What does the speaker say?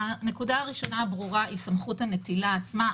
הנקודה הראשונה הברורה היא סמכות הנטילה עצמה.